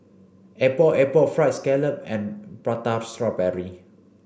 Epok Epok fried scallop and prata strawberry